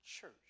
church